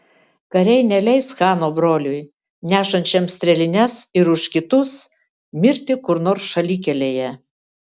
kariai neleis chano broliui nešančiam strėlines ir už kitus mirti kur nors šalikelėje